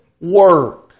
work